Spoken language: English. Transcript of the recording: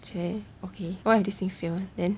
!chey! okay what if this thing fail then